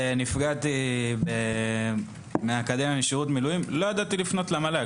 נפגעתי מהאקדמיה משירות לימודים לא ידעתי לפנות למל"ג,